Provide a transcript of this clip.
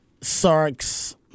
Sarks